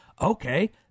Okay